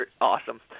awesome